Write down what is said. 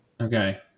okay